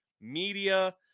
media